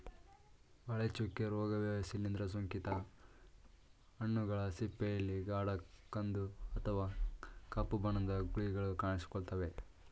ಬಾಳೆ ಚುಕ್ಕೆ ರೋಗವು ಶಿಲೀಂದ್ರ ಸೋಂಕಿತ ಹಣ್ಣುಗಳ ಸಿಪ್ಪೆಯಲ್ಲಿ ಗಾಢ ಕಂದು ಅಥವಾ ಕಪ್ಪು ಬಣ್ಣದ ಗುಳಿಗಳು ಕಾಣಿಸಿಕೊಳ್ತವೆ